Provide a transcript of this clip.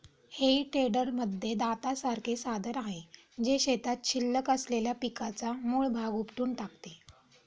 हेई टेडरमध्ये दातासारखे साधन आहे, जे शेतात शिल्लक असलेल्या पिकाचा मूळ भाग उपटून टाकते